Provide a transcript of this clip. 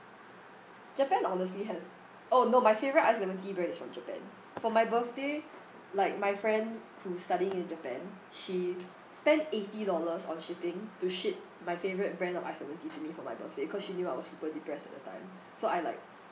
japan honestly has oh no my favourite ice lemon tea brand is from japan for my birthday like my friend who's studying in japan she spent eighty dollars on shipping to ship my favourite brand of ice lemon tea to me for my birthday cause she knew I was super depressed at that time so I like